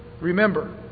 remember